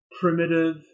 primitive